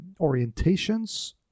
orientations